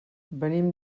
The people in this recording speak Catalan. venim